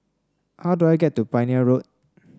how do I get to Pioneer Road